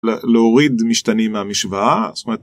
להוריד משתנים מהמשוואה